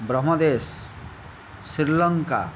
Brahmadesh Sri Lanka